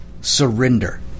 Surrender